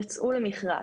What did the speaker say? יצאו בעבר.